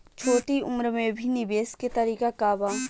छोटी उम्र में भी निवेश के तरीका क बा?